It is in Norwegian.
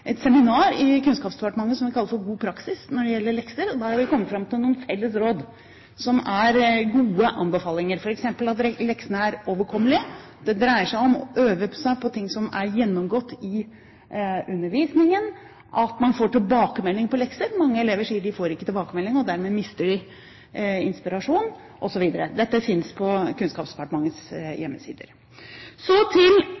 et seminar når det gjelder lekser, i Kunnskapsdepartementet som vi kaller for God praksis. Der har vi kommet fram til noen felles råd som er gode anbefalinger, f.eks. at leksene er overkommelige, det dreier seg om å øve seg på ting som er gjennomgått i undervisningen, at man får tilbakemelding på lekser – mange elever sier at de ikke får tilbakemelding og dermed mister inspirasjonen – osv. Dette finnes på Kunnskapsdepartementets hjemmesider. Så til